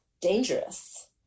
dangerous